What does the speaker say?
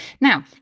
Now